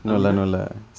அப்படினா:appadinaa